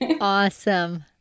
Awesome